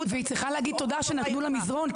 --- והיא צריכה להגיד תודה שנתנו לה מזרון,